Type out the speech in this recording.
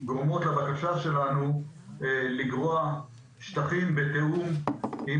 שגורמות לבקשה שלנו לגרוע שטחים בתיאום עם